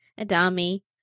Adami